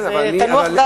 אז תנוח דעתנו.